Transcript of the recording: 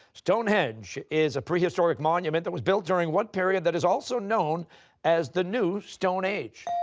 stonehenge is a prehistoric monument that was built during what period that is also known as the new stone age?